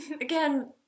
Again